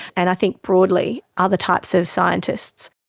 and i think broadly other types of scientists.